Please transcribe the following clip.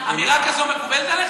אמירה כזאת מקובלת עליך?